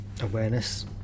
awareness